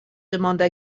demanda